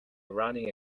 running